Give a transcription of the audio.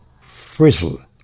Frizzle